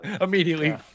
immediately